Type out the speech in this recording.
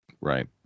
Right